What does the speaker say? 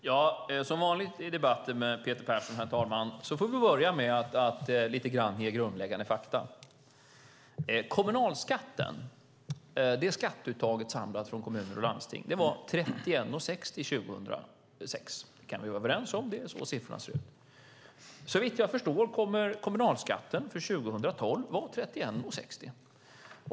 Herr talman! Som vanligt i debatter med Peter Persson får vi börja med att ge några grundläggande fakta. Kommunalskatten, det samlade skatteuttaget från kommuner och landsting, var 31:60 år 2006. Det kan vi vara överens om. Det är så siffrorna ser ut. Såvitt jag förstår kommer kommunalskatten för 2012 att vara 31:60.